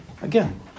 Again